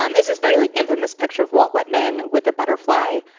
um is his very like infamous picture of walt whitman with a butterfly,